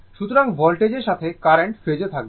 সুতরাং ভোল্টেজের সাথে কারেন্ট ফেজে থাকবে